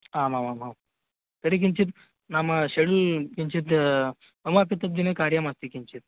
आमामामां तर्हि किञ्चिद् नाम शेड्युल् किञ्चित् ममापि तद्दिने कार्यमस्ति किञ्चित्